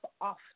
off